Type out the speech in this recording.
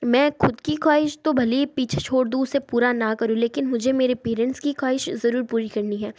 मैं ख़ुद की ख़्वाहिश तो भले ही पीछे छोड़ दूँ उसे पूरा ना करूँ लेकिन मुझे मेरे पेरेंट्स की ख़्वाहिश ज़रूर पूरी करनी है